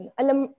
alam